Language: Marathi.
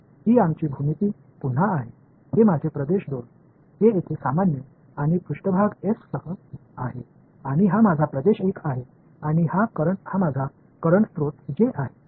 तर ही आमची भूमिती पुन्हा आहे हे माझे प्रदेश 2 हे येथे सामान्य आणि पृष्ठभाग एस सह आहे आणि हा माझा प्रदेश 1 आहे आणि हा माझा करंट स्रोत जे आहे